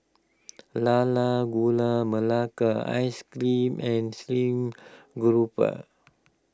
Lala Gula Melaka Ice Cream and Stream Grouper